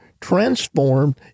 transformed